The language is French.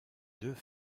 deux